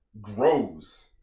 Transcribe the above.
grows